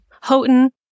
Houghton